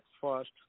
first